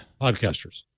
Podcasters